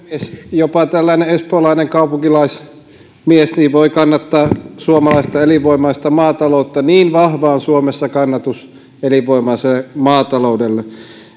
jopa tällainen espoolainen kaupunkilaismies voi kannattaa suomalaista elinvoimaista maataloutta niin vahvaa on suomessa kannatus elinvoimaiselle maataloudelle